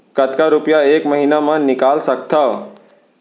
कतका रुपिया एक महीना म निकाल सकथव?